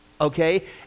Okay